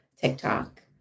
TikTok